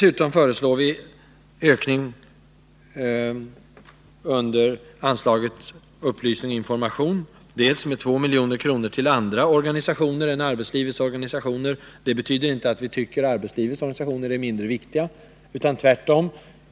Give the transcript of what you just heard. Under anslaget Upplysning och information på alkoholområdet föreslår vi en ökning med 2 miljoner till andra organisationer än arbetslivets. Det betyder inte att vi anser arbetslivets organisationer vara mindre viktiga — tvärtom.